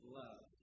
love